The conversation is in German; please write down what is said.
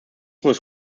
muss